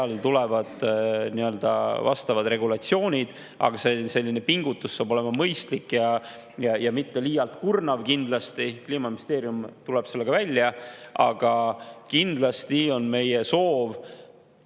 Seal tulevad vastavad regulatsioonid. Aga see pingutus saab olema mõistlik ja kindlasti mitte liialt kurnav. Kliimaministeerium tuleb sellega välja. Aga kindlasti on meie soov